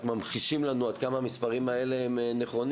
רק ממחישים לנו עד כמה המספרים האלה הם נכונים.